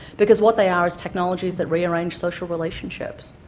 because what they are is technologies that rearrange social relationships,